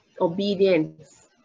Obedience